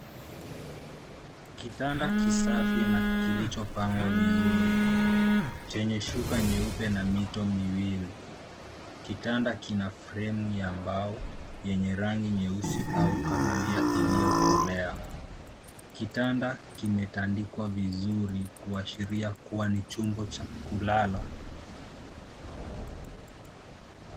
Kitanda kisafi na kilicho pangwa vizuri, chenye shuka nyeupe na mito miwili. Kitanda kina fremu ya mbao, yenye rangi nyeusi au kahawia iliyokolea. Kitanda kimetandikwa vizuri, kuashiria kua ni chumba cha kulala.